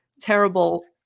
terrible